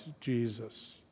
Jesus